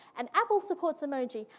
and apple supports emoji,